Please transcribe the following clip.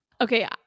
Okay